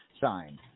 signed